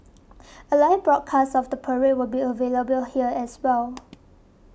a live broadcast of the parade will be available here as well